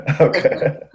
Okay